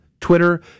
Twitter